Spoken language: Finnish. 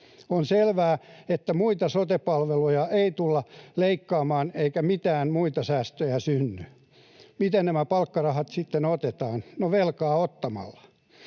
On selvää, että muita sote-palveluja ei tulla leikkaamaan eikä mitään muita säästöjä synny. Miten nämä palkkarahat sitten otetaan? No velkaa ottamalla.